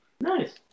Nice